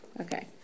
Okay